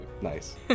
nice